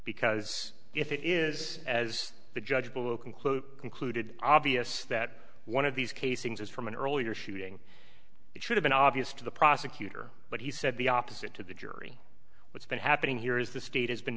because if it is as the judge will conclude concluded obvious that one of these casings is from an earlier shooting it should have been obvious to the prosecutor but he said the opposite to the jury what's been happening here is the state has been